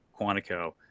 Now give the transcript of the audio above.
Quantico